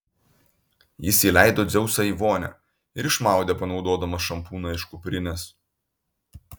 jis įleido dzeusą į vonią ir išmaudė panaudodamas šampūną iš kuprinės